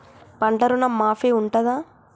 పంట ఋణం మాఫీ ఉంటదా?